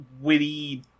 witty